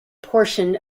portion